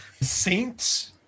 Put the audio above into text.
Saints